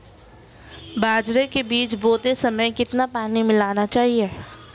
बाजरे के बीज बोते समय कितना पानी मिलाना चाहिए?